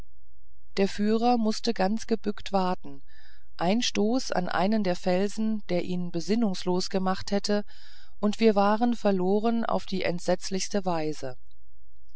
der führer mußte ganz gebückt waten ein stoß an einen der felsen der ihn besinnungslos gemacht hätte und wir waren verloren auf die entsetzlichste weise